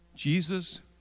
Jesus